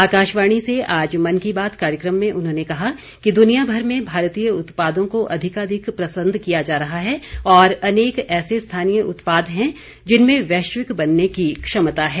आकाशवाणी से आज मन की बात कार्यक्रम में उन्होंने कहा कि द्वनियाभर में भारतीय उत्पादों को अधिकाधिक पसन्द किया जा रहा है और अनेक ऐसे स्थानीय उत्पाद हैं जिनमें वैश्विक बनने की क्षमता है